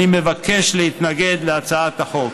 אני מבקש להתנגד להצעת החוק.